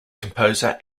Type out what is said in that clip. composer